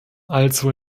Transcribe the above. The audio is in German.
also